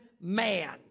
man